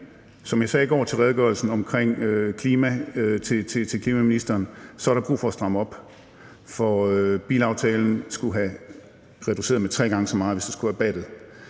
som jeg sagde i går ved debatten om redegørelsen omkring klima til klimaministeren, er der brug for at stramme op, for bilaftalen skulle have reduceret med tre gange så meget, hvis det skulle have battet.